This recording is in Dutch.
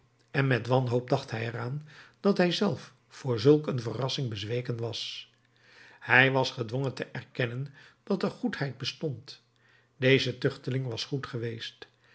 en met wanhoop dacht hij er aan dat hij zelf voor zulk een verrassing bezweken was hij was gedwongen te erkennen dat er goedheid bestond deze tuchteling was goed geweest